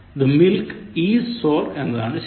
The milk is sour എന്നതാണ് ശരി